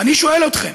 ואני שואל אתכם: